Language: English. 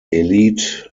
elite